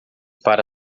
para